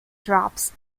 drops